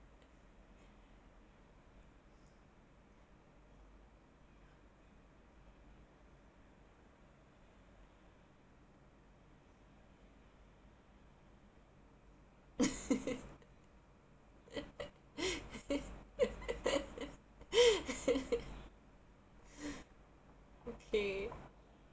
okay